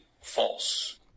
false